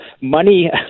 money